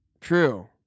True